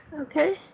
Okay